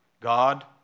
God